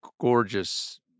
gorgeous